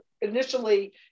initially